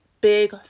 big